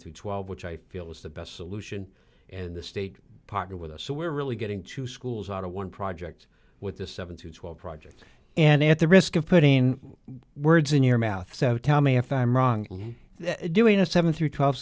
through twelve which i feel is the best solution and the state partnered with us so we're really getting two schools out of one project with this seven to twelve project and at the risk of putting words in your mouth so tell me if i'm wrong doing a seven through twelve